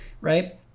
right